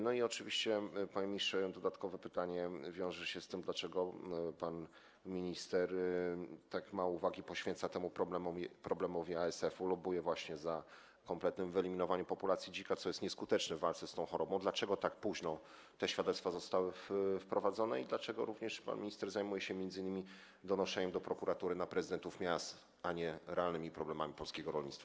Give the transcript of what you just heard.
No i oczywiście, panie ministrze, dodatkowe pytanie wiąże się z tym, dlaczego pan minister tak mało uwagi poświęca problemowi ASF-u, lobbuje za kompletnym wyeliminowaniem populacji dzików, co jest nieskuteczne w walce z tą chorobą, dlaczego tak późno te świadectwa zostały wprowadzone i dlaczego pan minister zajmuje się m.in. donoszeniem do prokuratury na prezydentów miast, a nie realnymi problemami polskiego rolnictwa.